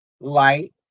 light